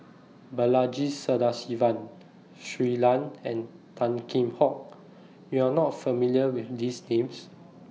Balaji Sadasivan Shui Lan and Tan Kheam Hock YOU Are not familiar with These Names